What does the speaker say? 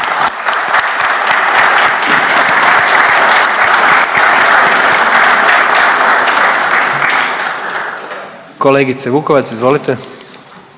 Kolegice Vukovac, izvolite.